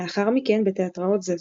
לאחר מכן בתיאטראות זווית,